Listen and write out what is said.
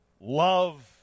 love